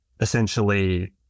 essentially